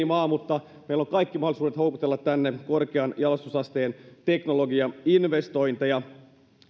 maa mutta meillä on kaikki mahdollisuudet houkutella tänne korkean jalostusasteen teknologiainvestointeja